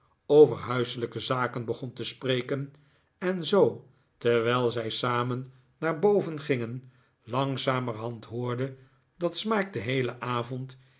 over huiselijke zaken begon te spreken en zoo terwijl zij samen naar boven gingen langzamerhand hoorde dat smike den heelen avond